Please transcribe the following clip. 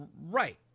Right